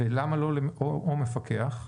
למה לא או מפקח?